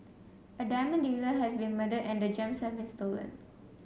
a diamond dealer has been murdered and the gems have been stolen